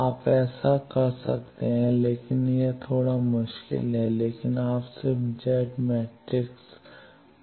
आप ऐसा कर सकते हैं लेकिन यह थोड़ा मुश्किल है लेकिन आप सिर्फ Z मैट्रिक्स में आ सकते हैं